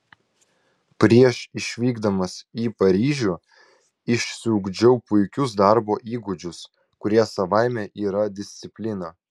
prieš išvykdamas į paryžių išsiugdžiau puikius darbo įgūdžius kurie savaime yra disciplina